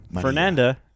Fernanda